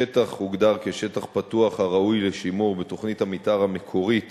השטח הוגדר כשטח פתוח הראוי לשימור בתוכנית המיתאר המקורית